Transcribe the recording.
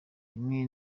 rimwe